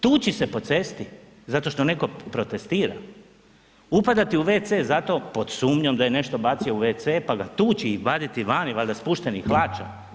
Tući se po cesti zato što netko protestira, upadati u WC zato pod sumnjom da je nešto bacio u WC, pa ga tući i vaditi vani valjda spuštenih hlača.